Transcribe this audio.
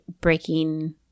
Breaking